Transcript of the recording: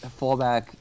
fallback